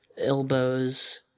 elbows